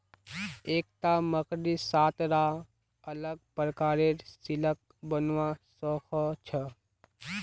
एकता मकड़ी सात रा अलग प्रकारेर सिल्क बनव्वा स ख छ